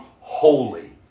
holy